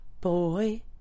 Boy